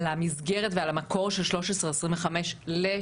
על המסגרת ועל המקור של 1325 ל-2331.